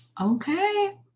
Okay